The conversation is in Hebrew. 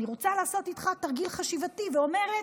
אני רוצה לעשות איתך תרגיל חשיבתי, ואומרת: